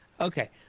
Okay